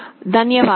ధన్యవాదాలు